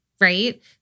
Right